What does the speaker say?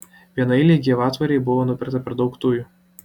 vienaeilei gyvatvorei buvo nupirkta per daug tujų